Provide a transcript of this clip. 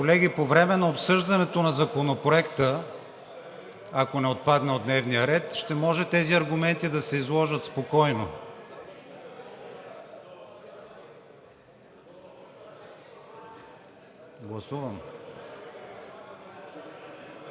Колеги, по време на обсъждането на Законопроекта, ако не отпадне от дневния ред, ще може тези аргументи да се изложат спокойно. Моля,